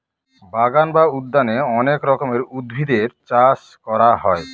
বাগান বা উদ্যানে অনেক রকমের উদ্ভিদের চাষ করা হয়